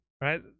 right